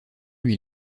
lui